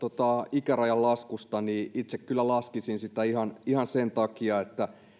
ikärajan laskusta niin itse kyllä laskisin sitä ihan ihan sen takia että